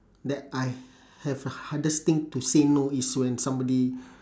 that I have a hardest thing to say no is when somebody